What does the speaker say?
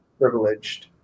privileged